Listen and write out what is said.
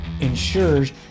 ensures